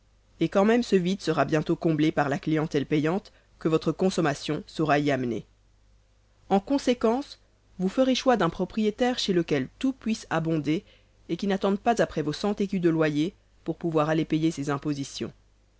et quand même ce vide sera bientôt comblé par la clientelle payante que votre consommation saura y amener en conséquence vous ferez choix d'un propriétaire chez lequel tout puisse abonder et qui n'attende pas après vos cent écus de loyer pour pouvoir aller payer ses impositions